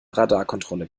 radarkontrolle